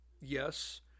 Yes